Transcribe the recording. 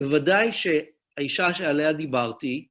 בוודאי שהאישה שעליה דיברתי